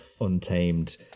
untamed